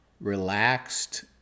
relaxed